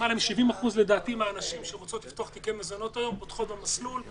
למעלה מ-70% מהנשים שרוצות לפתוח בתיקי מזונות פותחות במסלול.